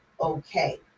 okay